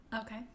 Okay